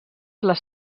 les